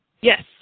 Yes